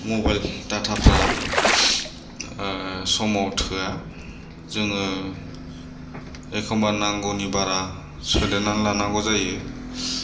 mobile डाटाफ्रा समाव थोआ जोङो एखनबा नांगौनि बारा सोदेरनानै लानांगौ जायो